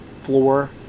floor